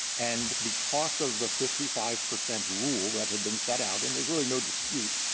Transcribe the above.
and because of the fifty five percent rule that had been set out, and there's really no dispute,